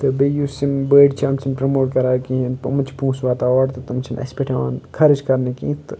تہٕ بیٚیہِ یُس یِم بٔڑۍ چھِ یِم چھِنہٕ پرٛموٹ کَران کِہیٖنۍ یِمَن چھِ پونٛسہٕ واتان اورٕ تہٕ تِم چھِنہٕ اَسہِ پٮ۪ٹھ یِوان خرٕچ کَرنہٕ کینٛہہ تہٕ